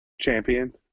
champion